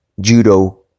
judo